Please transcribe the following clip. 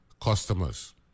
customers